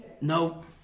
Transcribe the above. no